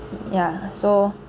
ya so